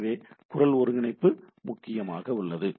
எனவே குரல் ஒருங்கிணைப்பு முக்கியமாக உள்ளது